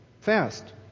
Fast